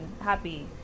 happy